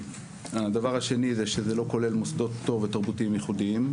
הדבר השני זה שזה לא כולל מוסדות פטור ותרבותיים ייחודיים,